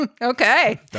Okay